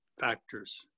factors